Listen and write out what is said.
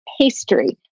pastry